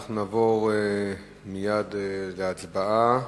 אנחנו נעבור מייד להצבעה.